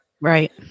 Right